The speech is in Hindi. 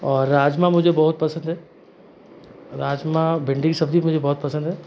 और राजमा मुझे बहुत पसंद है राजमा भिंडी की सब्जी मुझे बहुत पसंद है